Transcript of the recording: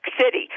City